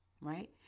right